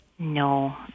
No